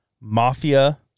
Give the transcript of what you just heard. mafia